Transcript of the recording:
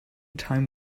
time